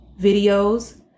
videos